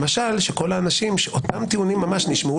למשל שכל האנשים שאותם טיעונים ממש נשמעו